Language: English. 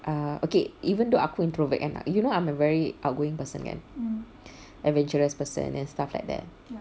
err okay even though aku introvert kan you know I'm a very outgoing person adventurous person and stuff like that